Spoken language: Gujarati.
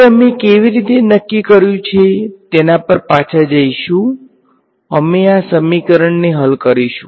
હવે અમે કેવી રીતે નક્કી કર્યું છે તેના પર પાછા જઈશું અમે આ સમીકરણને હલ કરીશું